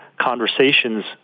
conversations